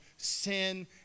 sin